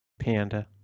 Panda